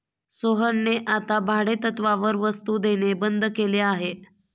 सोहनने आता भाडेतत्त्वावर वस्तु देणे बंद केले आहे